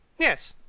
yes.